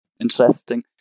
interesting